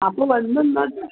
അപ്പോൾ വന്നിന്നഞ്ഞ